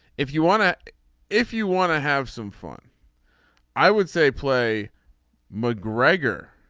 if you want to if you want to have some fun i would say play macgregor